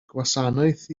gwasanaeth